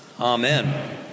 Amen